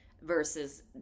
versus